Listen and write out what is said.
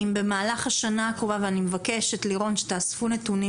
לירון, אני מבקשת שתאספו נתונים